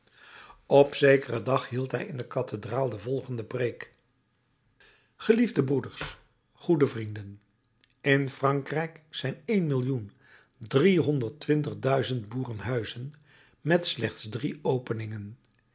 op zekeren dag hield hij in de kathedraal de volgende preek geliefde broeders goede vrienden in frankrijk zijn één millioen driehonderd twintig duizend boerenhuizen met slechts drie openingen